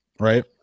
right